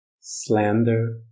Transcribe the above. slander